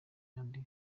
kandi